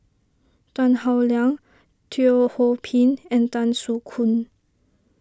Tan Howe Liang Teo Ho Pin and Tan Soo Khoon